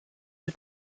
mit